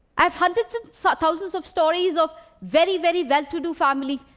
i have hundreds and so thousands of stories of very very very well-to-do families,